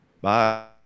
Bye